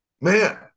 Man